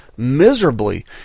Miserably